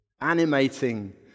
animating